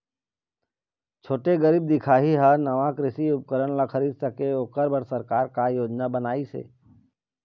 छोटे गरीब दिखाही हा नावा कृषि उपकरण ला खरीद सके ओकर बर सरकार का योजना बनाइसे?